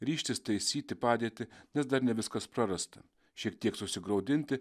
ryžtis taisyti padėtį nes dar ne viskas prarasta šiek tiek susigraudinti